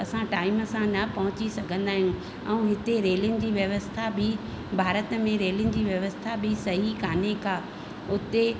असां टाइम सां न पहुची सघंदा आहियूं ऐं हिते रेलिंग जी व्यवस्था बि भारत में रेलिंग जी व्यवस्था बि सही काने का उते